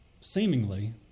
seemingly